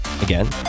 again